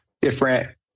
different